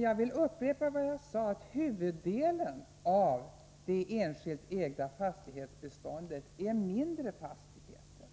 Jag vill upprepa vad jag sade: Huvuddelen av det enskilt ägda fastighetsbeståndet utgörs av mindre fastigheter,